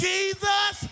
Jesus